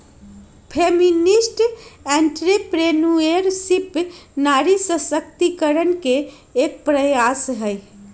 feminist entrepreneurship नारी सशक्तिकरण के एक प्रयास हई